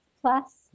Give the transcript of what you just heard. plus